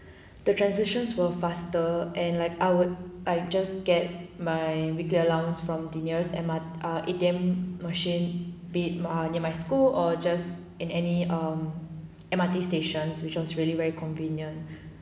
the transactions were faster and like I would I just get my weekly allowance from the nearest M_R ah A_T_M machine be it ah near my school or just in any um M_R_T stations which was really very convenient